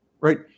right